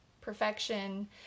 perfection